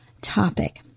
topic